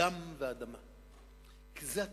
אדם ואדמה, כי זו התמצית.